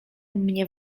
mnie